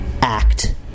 act